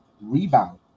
rebound